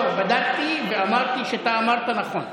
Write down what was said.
בדקתי ואמרתי שאתה אמרת נכון.